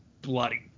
bloody